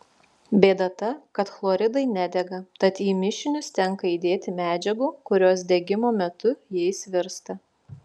bėda ta kad chloridai nedega tad į mišinius tenka įdėti medžiagų kurios degimo metu jais virsta